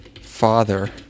father